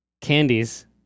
candies